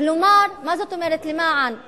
למען זכויותינו,